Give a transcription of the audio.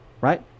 right